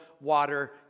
water